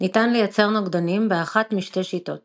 ניתן לייצר נוגדנים באחת משתי שיטות